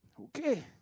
Okay